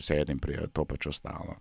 sėdim prie to pačio stalo